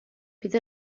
bydd